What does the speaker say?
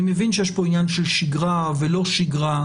אני מבין שיש פה עניין של שגרה ולא שגרה.